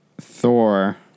Thor